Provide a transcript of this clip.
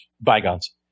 bygones